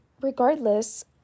regardless